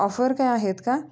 offer काही आहेत का